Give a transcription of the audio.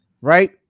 right